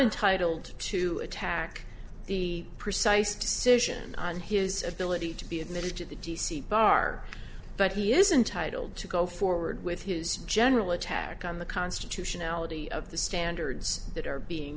entitled to attack the precise decision on his ability to be admitted to the d c bar but he isn't titled to go forward with his general attack on the constitutionality of the standards that are being